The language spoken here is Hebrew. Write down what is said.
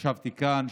ישבתי כאן,